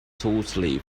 totally